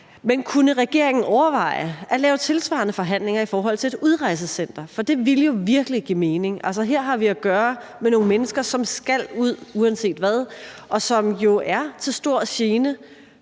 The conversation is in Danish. Men kunne regeringen overveje at lave tilsvarende forhandlinger i forhold til et udrejsecenter, for det ville jo virkelig give mening. Her har vi at gøre med nogle mennesker, som skal ud uanset hvad, og som jo er til stor gene